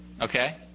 okay